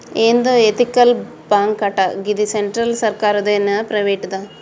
ఏందో ఎతికల్ బాంకటా, గిది సెంట్రల్ సర్కారుదేనా, ప్రైవేటుదా